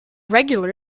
regular